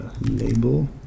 label